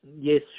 Yes